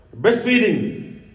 breastfeeding